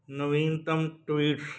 ਨਵੀਨਤਮ ਟਵੀਟਸ